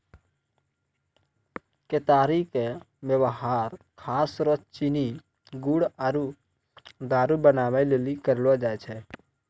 केतारी के वेवहार खास रो चीनी गुड़ आरु दारु बनबै लेली करलो जाय छै